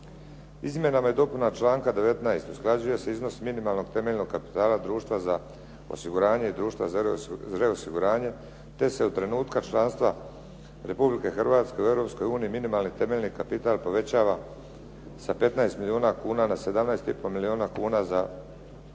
Izmjenama i dopunama članka 19. usklađuje se iznos minimalnog temeljnog kapitala društva za osiguranje i društva za reosiguranje te se od trenutka članstva Republike Hrvatske u Europskoj uniji minimalni temeljni kapital povećava sa 15 milijuna kuna na 17,5 milijuna kuna za društva